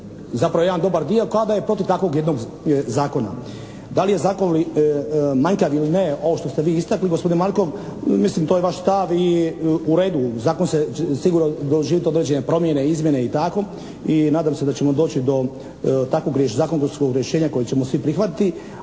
zapravo jedan dobar dio kao da je protiv takvog jednog zakona. Da li je zakon manjkav ili ne, ovo što ste vi istakli gospodine Markov, mislim to je vaš stav i u redu, zakon će sigurno doživiti određene promjene, izmjene i tako i nadam se da ćemo doći do takvog zakonskog rješenja koje ćemo svi prihvatiti.